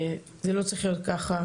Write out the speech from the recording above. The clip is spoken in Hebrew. זה לא צריך להיות כך.